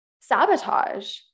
sabotage